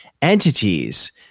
entities